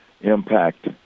impact